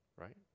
right